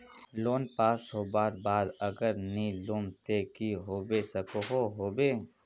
Loan pass होबार बाद अगर नी लुम ते की होबे सकोहो होबे?